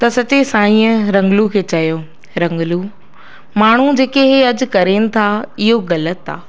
त सच्चे साईंअ रंगलू खे चयो रंगलू माण्हू जेके हे अॼु करनि था इहो ग़लति आहे